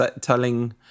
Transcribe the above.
telling